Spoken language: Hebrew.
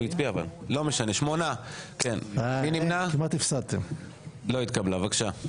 הצבעה בעד 5 נגד 8 נמנעים אין לא אושר.